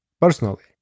Personally